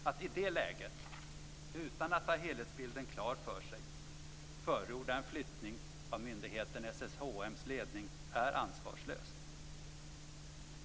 Att i det läget, utan att man har helhetsbilden klar för sig, förorda en flyttning av myndigheten SSHM:s ledning är ansvarslöst.